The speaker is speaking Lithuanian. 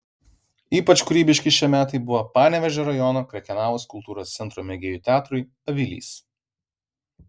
ypač kūrybiški šie metai buvo panevėžio rajono krekenavos kultūros centro mėgėjų teatrui avilys